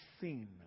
seen